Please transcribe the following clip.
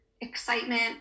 excitement